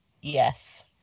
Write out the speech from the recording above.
yes